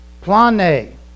Plane